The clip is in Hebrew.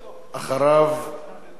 חבר הכנסת יצחק הרצוג.